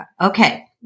Okay